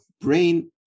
brain